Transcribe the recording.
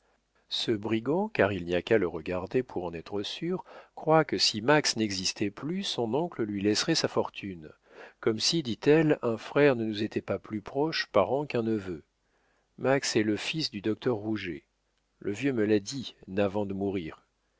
ce brigand car il n'y a qu'à le regarder pour en être sûr croit que si max n'existait plus son oncle lui laisserait sa fortune comme si dit-elle un frère ne nous était pas plus proche parent qu'un neveu max est le fils du docteur rouget le vieux me l'a dit navant de mourir